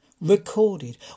recorded